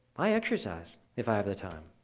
i exercise, if i have the time,